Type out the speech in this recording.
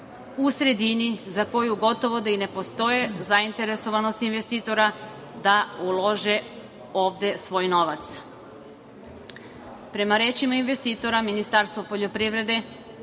u sredini za koju gotovo da i ne postoje zainteresovanost investitora da ulože ovde svoj novac. Prema rečima investitora, Ministarstvo poljoprivrede